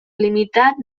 limitat